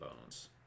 bones